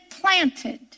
planted